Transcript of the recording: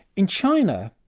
in china,